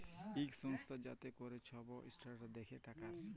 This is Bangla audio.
ইক সংস্থা যাতে ক্যরে ছব ইসট্যালডাড় দ্যাখে টাকার